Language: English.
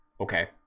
okay